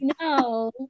No